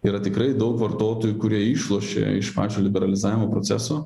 yra tikrai daug vartotojų kurie išlošia iš pačio liberalizavimo proceso